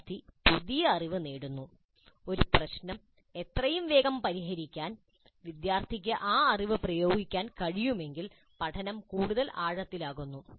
വിദ്യാർത്ഥി പുതിയ അറിവ് നേടുന്നു ഒരു പ്രശ്നം എത്രയും വേഗം പരിഹരിക്കാൻ വിദ്യാർത്ഥിക്ക് ആ അറിവ് പ്രയോഗിക്കാൻ കഴിയുമെങ്കിൽ പഠനം കൂടുതൽ ആഴത്തിലാകുന്നു